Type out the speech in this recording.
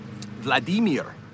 Vladimir